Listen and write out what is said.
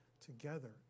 together